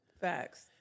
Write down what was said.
Facts